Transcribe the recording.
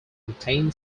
retain